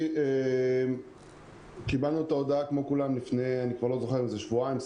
קיבלנו הודעה לפני שבועיים על